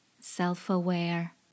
self-aware